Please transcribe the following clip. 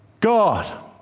God